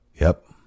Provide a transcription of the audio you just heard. Yep